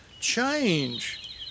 change